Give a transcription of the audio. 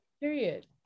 Period